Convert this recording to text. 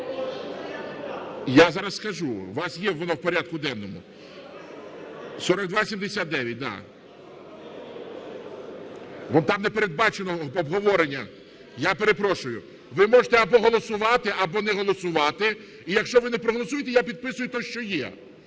Я зараз скажу. У вас є воно в порядку денному. 4279, да. Там не передбачено обговорення, я перепрошую. Ви можете або голосувати, або не голосувати. І якщо ви не проголосуєте, я підписую те, що є.